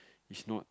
it's not